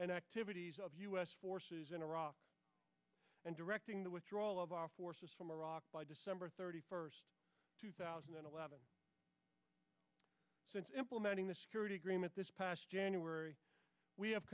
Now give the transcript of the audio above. and activities of u s forces in iraq and directing the withdrawal of our forces from iraq by december thirty first two thousand and eleven implementing the security agreement this past january we have